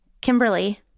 Kimberly